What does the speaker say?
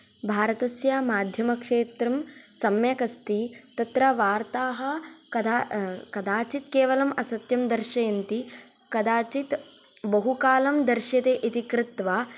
भारतस्य माध्यमक्षेत्रं सम्यक् अस्ति तत्र वार्ताः कदा कदाचित् केवलं असत्यम् दर्शयन्ति कदाचित् बहुकालं दर्श्यते इति कृत्वा